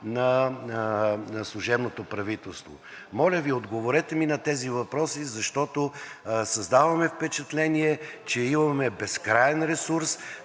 на служебното правителство. Моля Ви, отговорете ми на тези въпроси, защото създаваме впечатление, че имаме безкраен ресурс,